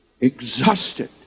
exhausted